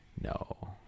No